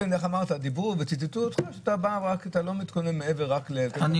דיברו וציטטו אותך שאתה לא מתכונן מעבר רק ל --- אני